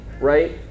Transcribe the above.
right